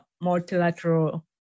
multilateral